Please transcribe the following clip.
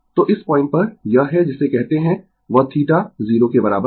तो इस पॉइंट पर यह है जिसे कहते है वह θ 0 के बराबर है